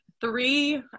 three